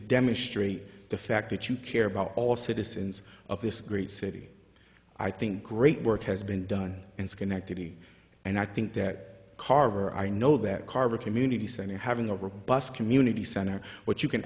demonstrate the fact that you care about all citizens of this great city i think great work has been done in schenectady and i think that carver i know that carver community center having a robust community center but you can